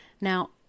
Now